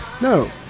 No